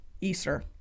Easter